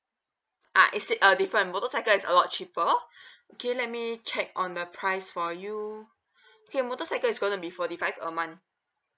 uh it is uh different motorcycle is a lot cheaper okay let me check on the price for you okay motorcycle is going to be forty five a month